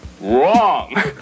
Wrong